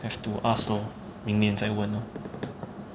have to ask lor 明年再问 lor